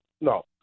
No